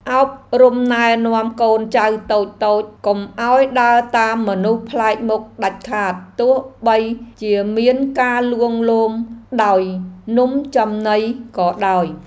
អប់រំណែនាំកូនចៅតូចៗកុំឱ្យដើរតាមមនុស្សប្លែកមុខដាច់ខាតទោះបីជាមានការលួងលោមដោយនំចំណីក៏ដោយ។